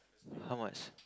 how much